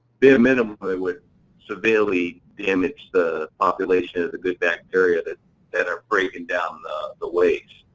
bare minimum, but it would severely damage the population of the good bacteria that that are breaking down the the waste.